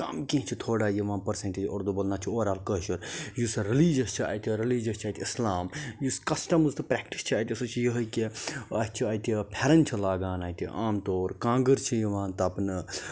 کَم کینٛہہ چھِ تھوڑا یِوان پٔرسنٹیج اردوٗ بولان نَتہٕ چھِ اوٚوَرآل کٲشُر یُس رِلیٖجس چھُ اَتہِ رِلیٖجَس چھُ اَتہِ اِسلام یُس کَسٹَمٕز پرٛیٚکٹِس چھِ اَتہِ سُہ چھ یِہٕے کہِ اتھ چھُ اَتہِ پھیٚرَن چھِ لاگان اَتہِ عام طور کانٛگٕر چھِ یِوان تَپنہٕ